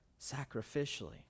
sacrificially